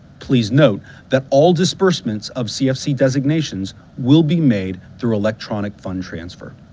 please note that all disbursements of cfc designations will be made through electronic fund transfer.